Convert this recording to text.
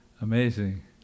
Amazing